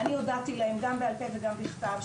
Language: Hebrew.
אני הודעתי להם גם בעל פה וגם בכתב,